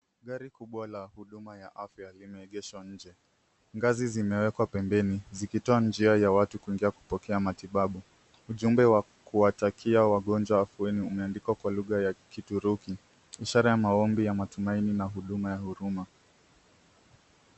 Gari kubwa la huduma ya afya limeegeshwa nje. Ngazi zimewekwa pembeni zikitoa njia ya watu kuingia kupokea matibabu. Ujumbe wa kuwatakia wagonjwa afueni umeandikwa kwa jina ya kithuruki ishara ya maombi ya matumaini na huduma .